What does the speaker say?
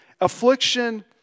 affliction